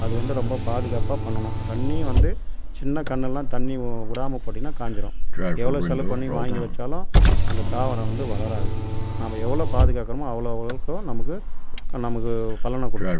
அது வந்து ரொம்ப பாதுகாப்பாக பண்ணனும் தண்ணியும் வந்து சின்ன கன்னெல்லாம் தண்ணி விடாம போட்டிங்கன்னா காஞ்சிரும் எவ்வளோ செலவு பண்ணி வாங்கி வச்சாலும் அந்த தாவரம் வந்து வளராது நம்ம எவ்வளோ பாதுகாக்கிறமோ அவ்வளோ அளவுக்கு நமக்கு நமக்கு பலனை கொடுக்கும்